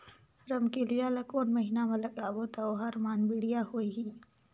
रमकेलिया ला कोन महीना मा लगाबो ता ओहार बेडिया होही?